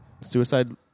suicide